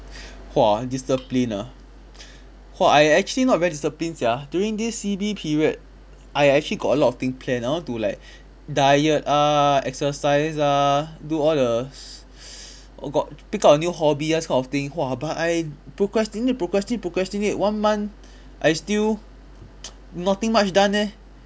!whoa! discipline ah !whoa! I actually not very disciplined sia during this C_B period I actually got a lot of thing planned I want to like diet ah exercise ah do all the got pick up a new hobby ah this kind of thing !whoa! but I procrastinate procrastinate procrastinate one month I still nothing much done eh